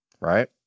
right